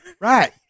Right